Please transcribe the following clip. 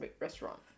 restaurant